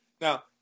Now